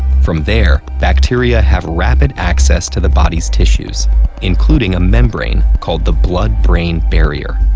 from there, bacteria have rapid access to the body's tissues including a membrane called the blood-brain barrier.